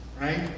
right